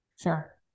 Sure